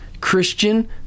christian